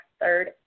third